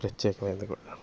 ప్రత్యేకమైంది కూడా